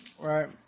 Right